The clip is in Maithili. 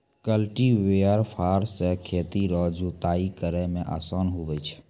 कल्टीवेटर फार से खेत रो जुताइ करै मे आसान हुवै छै